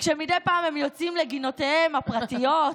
ומדי פעם הם יוצאים לגינותיהם הפרטיות,